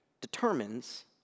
determines